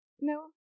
no